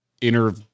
inner